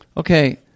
Okay